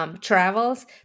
Travels